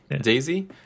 daisy